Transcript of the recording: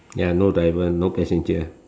ya no driver no passenger